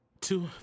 two